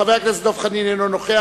חבר הכנסת דב חנין, אינו נוכח.